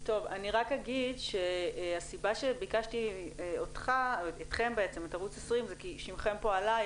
אני רק אגיד שהסיבה שביקשתי את ערוץ 20 היא כי שמכם עלה פה,